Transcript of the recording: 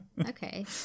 Okay